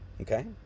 Okay